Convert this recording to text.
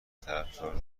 طرفدار